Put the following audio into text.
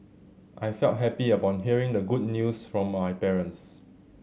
I felt happy upon hearing the good news from my parents